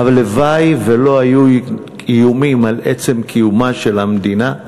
והלוואי שלא היו איומים על עצם קיומה של המדינה.